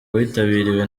witabiriwe